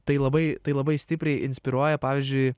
tai labai tai labai stipriai inspiruoja pavyzdžiui